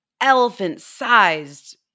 elephant-sized